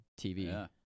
TV